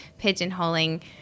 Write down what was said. pigeonholing